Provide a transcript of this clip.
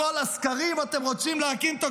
כל הצניעות: אף אחד לא צריך ללמד לא את הליכוד,